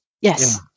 Yes